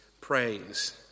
praise